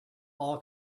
all